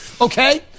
okay